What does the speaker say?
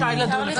רשאי לדון.